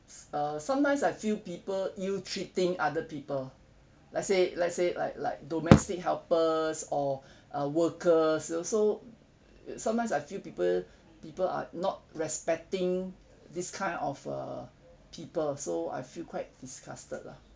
uh sometimes I feel people ill treating other people let's say let's say like like domestic helpers or uh workers you know so sometimes I feel people people are not respecting this kind of err people so I feel quite disgusted lah